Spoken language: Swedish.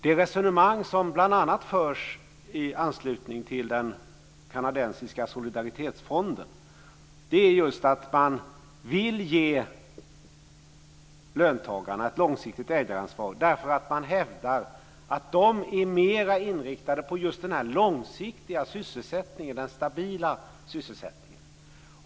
Det resonemang som bl.a. förs i anslutning till den kanadensiska solidaritetsfonden är just att man vill ge löntagarna ett långsiktigt ägaransvar därför att man hävdar att de är mer inriktade på just den här långsiktiga sysselsättningen, den stabila sysselsättningen.